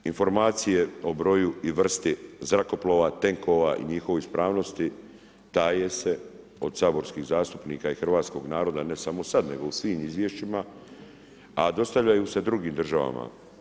Informacije o broju i vrsti zrakoplova, tenkova i njihove ispravnosti taje se od saborskih zastupnika i hrvatskog naroda ne samo sada nego u svim izvješćima, a dostavljaju se drugim državama.